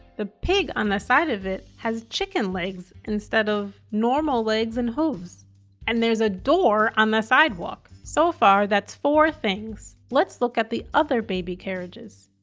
the pig on the side of it has chicken legs instead of legs and hooves and there's a door on the sidewalk. so far that's four things. let's look at the other baby carriages.